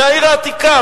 מהעיר העתיקה,